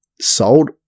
sold